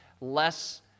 less